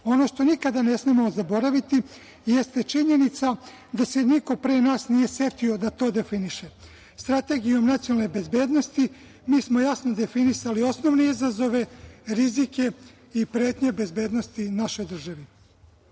što nikada ne smemo zaboraviti jeste činjenica da se niko pre nas nije setio da to definiše. Strategijom nacionalne bezbednosti mi smo jasno definisali osnovne izazove, rizike i pretnje bezbednosti našoj državi. Svima